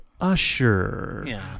Usher